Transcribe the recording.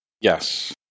Yes